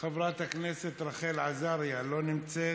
חברת הכנסת רחל עזריה, לא נמצאת,